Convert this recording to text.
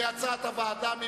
כהצעת הוועדה.